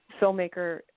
filmmaker